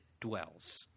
dwells